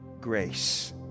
grace